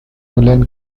woollen